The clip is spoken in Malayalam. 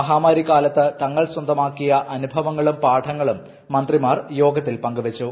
മഹാമാരി കാലത്ത് തങ്ങൾ സ്വന്തമാക്കിയ അനൂഭവങ്ങളും പാഠങ്ങളും മന്ത്രിമാർ യോഗത്തിൽ പങ്കുവെച്ചു